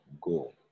go